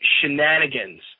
shenanigans